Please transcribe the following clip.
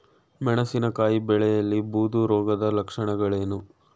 ಮೆಣಸಿನಕಾಯಿ ಬೆಳೆಯಲ್ಲಿ ಬೂದು ರೋಗದ ಲಕ್ಷಣಗಳೇನು?